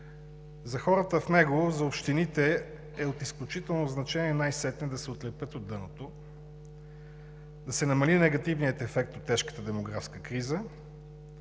За хората в него и за общините е от изключително значение най-сетне да се отлепят от дъното, да се намали негативният ефект от тежката демографска криза,